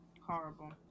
Horrible